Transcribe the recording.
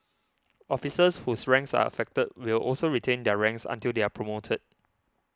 officers whose ranks are affected will also retain their ranks until they are promoted